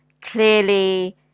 clearly